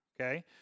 Okay